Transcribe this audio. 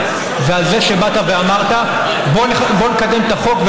ועל זה שבאת ואמרת: בואו נקדם את החוק,